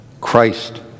Christ